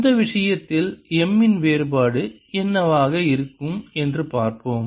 இந்த விஷயத்தில் M இன் வேறுபாடு என்னவாக இருக்கும் என்று பார்ப்போம்